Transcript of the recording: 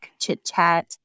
chit-chat